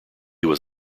was